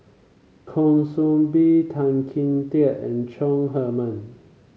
Kwa Soon Bee Tan Kim Tian and Chong Heman